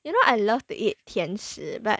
you know I love to eat 甜食 but